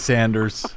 Sanders